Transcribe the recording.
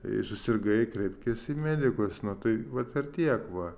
jei susirgai kreipkis į medikus nu tai vat ir tiek va